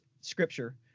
Scripture